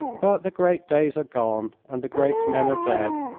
but the great days are gone and the great men are dead,